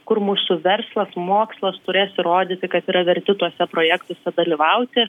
kur mūsų verslas mokslas turės įrodyti kad yra verti tuose projektuose dalyvauti